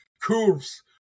Curves